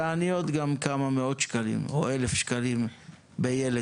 והעניות כמה מאות שקלים או אלף שקלים בילד,